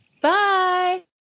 Bye